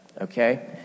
Okay